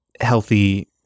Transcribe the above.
healthy